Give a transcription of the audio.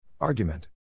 Argument